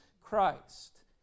Christ